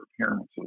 appearances